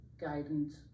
guidance